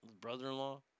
Brother-in-law